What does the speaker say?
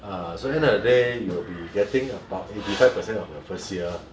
ah so end of the day you will be getting about eighty-five percent of your first year